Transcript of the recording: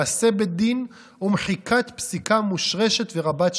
מעשי בית דין ומחיקת פסיקה מושרשת ורבת שנים,